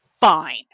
fine